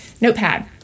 Notepad